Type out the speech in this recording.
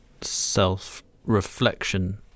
self-reflection